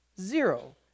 zero